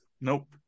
Nope